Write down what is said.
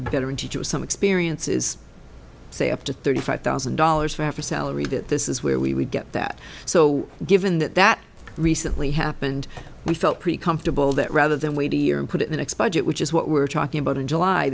veteran teacher or some experience is say up to thirty five thousand dollars for salary that this is where we would get that so given that that recently happened we felt pretty comfortable that rather than wait a year and put it the next budget which is what we're talking about in july